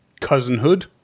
cousinhood